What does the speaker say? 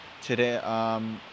today